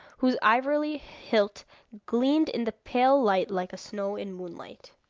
whose ivory hilt gleamed in the pale light like snow in moonlight.